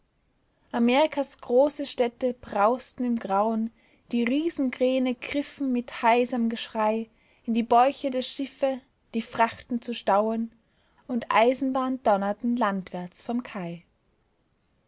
amerikas große städte brausten im grauen die riesenkräne griffen mit heiserm geschrei in die bäuche der schiffe die frachten zu stauen und eisenbahnen donnerten landwärts vom kai